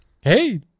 Hey